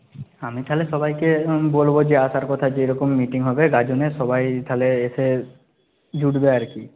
আমি তাহলে সবাইকে বলবো যে আসার কথা যে এরকম মিটিং হবে গাজনের সবাই তাহলে এসে জুটবে আর কি